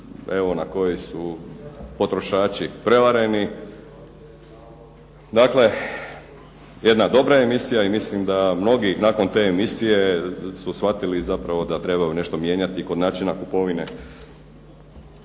na koji su potrošači prevareni. Dakle, jedna dobra emisija i mislim da mnogi nakon te emisije su shvatili zapravo da trebaju nešto mijenjati kod načina kupovine.